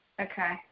Okay